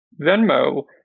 Venmo